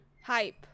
Hype